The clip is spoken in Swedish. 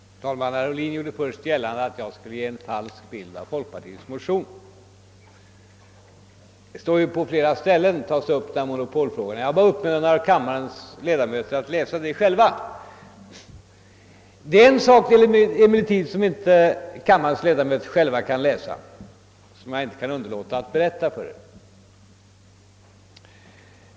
Herr talman! Herr Ohlin gjorde först gällande att jag hade försökt lämna en falsk bild av folkpartiets motion. Men i denna tas monopolfrågan upp på flera ställen och jag uppmanade kommarens ledamöter att själva läsa den. Det finns emellertid någonting som kammarens ledamöter inte själva kan läsa och som jag inte kan underlåta att berätta för er.